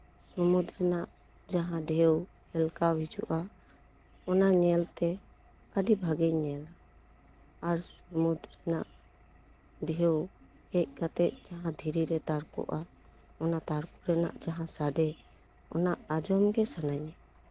ᱥᱩᱢᱩᱫᱽ ᱨᱮᱱᱟᱜ ᱡᱟᱦᱟᱸ ᱰᱷᱮᱣ ᱦᱮᱞᱠᱟᱣ ᱦᱤᱡᱩᱜᱼᱟ ᱚᱱᱟ ᱧᱮᱞᱛᱮ ᱟᱹᱰᱤ ᱵᱷᱟᱜᱮᱧ ᱧᱮᱞᱟ ᱟᱨ ᱥᱩᱢᱩᱫᱽ ᱨᱮᱱᱟᱜ ᱰᱷᱮᱣ ᱦᱮᱡ ᱠᱟᱛᱮᱜ ᱡᱟᱦᱟᱸ ᱫᱷᱤᱨᱤ ᱨᱮ ᱛᱟᱨᱠᱳᱜᱼᱟ ᱚᱱᱟ ᱛᱟᱨᱠᱳ ᱨᱮᱱᱟᱜ ᱡᱟᱦᱟᱸ ᱥᱟᱰᱮ ᱚᱱᱟ ᱟᱸᱡᱚᱢ ᱜᱮ ᱥᱟᱱᱟᱧᱟ